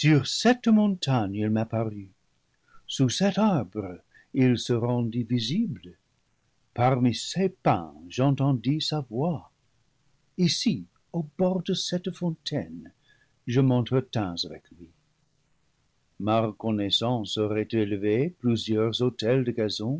cette montagne il m'apparut sous cet arbre il se ren dit visible parmi ces pins j'entendis sa voix ici au bord de cette fontaine je m'entretins avec lui ma reconnaissance aurait élevé plusieurs autels de gazon